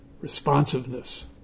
responsiveness